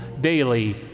daily